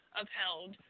upheld